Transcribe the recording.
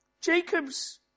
Jacob's